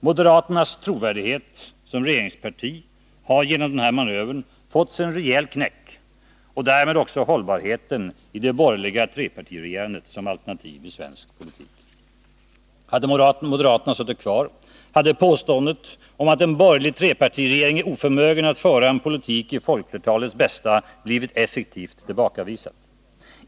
Moderaternas trovärdighet som regeringsparti har genom denna manöver fått sig en rejäl knäck och därmed också hållbarheten i det borgerliga trepartiregerandet som alternativ i svensk politik. Hade moderaterna suttit kvar, hade påståendet om att en borgerlig trepartiregering är oförmögen att föra en politik i folkflertalets bästa blivit effektivt tillbakavisat.